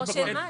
לא של מד"א.